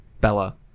Bella